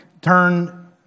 turn